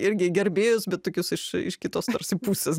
irgi gerbėjus bet tokius iš iš kitos tarsi pusės